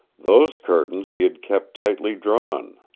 those curtains he had kept tightly drawn.